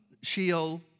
sheol